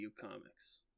comics